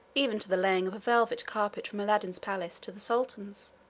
even to the laying of a velvet carpet from aladdin's palace to the sultan's.